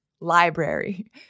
library